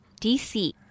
dc